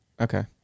Okay